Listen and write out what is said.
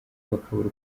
bakabura